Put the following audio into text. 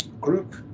group